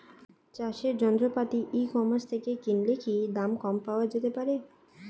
চাষের যন্ত্রপাতি e commerce থেকে কিনলে কি দাম কম পাওয়া যেতে পারে?